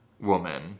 woman